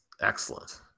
excellent